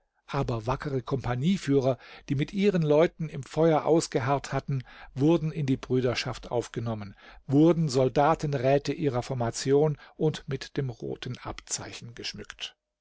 aber wackere kompagnieführer die mit ihren leuten im feuer ausgeharrt hatten wurden in die brüderschaft aufgenommen wurden soldatenräte ihrer formation und mit dem roten abzeichen geschmückt